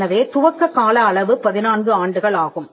எனவே துவக்க கால அளவு 14 ஆண்டுகள் ஆகும்